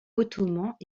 ottomans